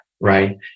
right